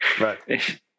Right